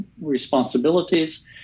responsibilities